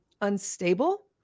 unstable